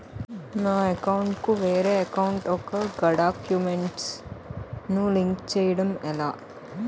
నా అకౌంట్ కు వేరే అకౌంట్ ఒక గడాక్యుమెంట్స్ ను లింక్ చేయడం ఎలా?